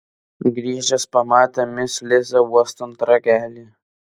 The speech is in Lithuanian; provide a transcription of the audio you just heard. grįžęs pamatė mis lizą uostant ragelį